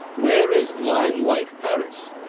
where is lime-white paris,